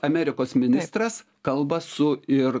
amerikos ministras kalba su ir